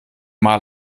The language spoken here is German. mal